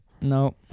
no